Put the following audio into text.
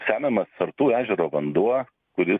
semiamas sartų ežero vanduo kuris